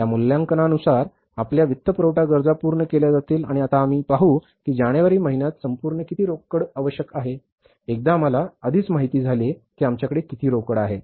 या मुल्यांकनानुसार आपल्या वित्तपुरवठा गरजा पूर्ण केल्या जातील आणि आता आम्ही पाहू की जानेवारी महिन्यात संपूर्ण किती रोकड आवश्यक आहे एकदा आम्हाला आधीच माहित झाले की आमच्याकडे किती रोकड आहे